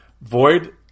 Void